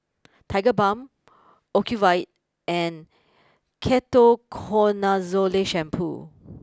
Tigerbalm Ocuvite and Ketoconazole Shampoo